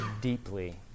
deeply